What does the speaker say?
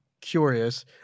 curious